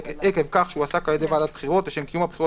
עקב כך שהועסק על ידי ועדת בחירות לשם קיום הבחירות